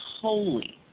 holy